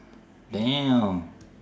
damn